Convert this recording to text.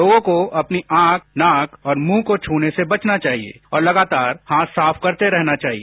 लोगों को अपनी आंख नाक और मुंह को छूने से बचना चाहिए और लगातार हाथ साफ करते रहना चाहिए